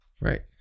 Right